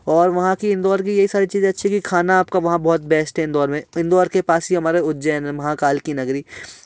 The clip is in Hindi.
और वहाँ कि इंदौर कि यही सारी चीज़ें अच्छी है कि खाना आपका वहां बहुत बेस्ट है इंदौर में इंदौर के पास ही हमारा उज्जैन है महाकाल की नगरी